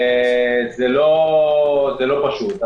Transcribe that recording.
זה לא פשוט.